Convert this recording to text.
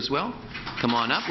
as well come on up